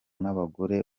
n’abagore